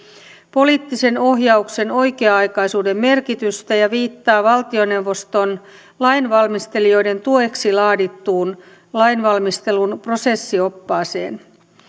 poliittisen ohjauksen oikea aikaisuuden merkitystä ja viittaa valtioneuvoston lainvalmistelijoiden tueksi laadittuun lainvalmistelun prosessioppaaseen